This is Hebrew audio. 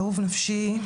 אהוב נפשי,